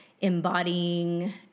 embodying